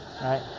right